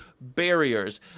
barriers